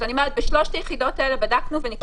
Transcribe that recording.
בשלוש היחידות האלה בדקנו ונקלטו עובדים.